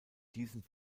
diesem